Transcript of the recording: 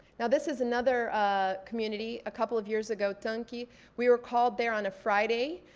yeah this is another ah community a couple of years ago, tanque. yeah we were called there on a friday,